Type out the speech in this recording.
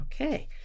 Okay